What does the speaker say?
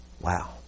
Wow